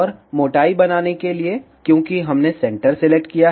और मोटाई बनाने के लिए क्योंकि हमने सेंटर सिलेक्ट किया है